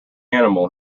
animal